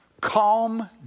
Calm